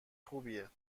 خوبیه